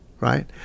Right